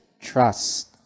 trust